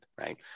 right